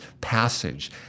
passage